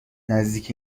نزدیک